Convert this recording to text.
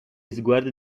sguardi